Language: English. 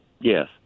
yes